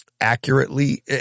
accurately